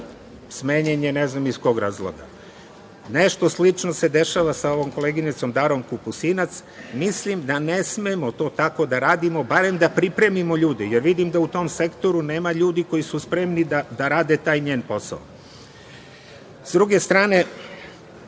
smenjen je ne znam iz kog razloga. Nešto slično se dešava sa ovom koleginicom Darom Kupusinac. Mislim da ne smemo to tako da radimo, barem da pripremimo ljude, jer vidim da u tom sektoru nema ljudi koji su spremni da rade taj njen posao. Sa druge strane,